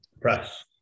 press